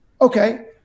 Okay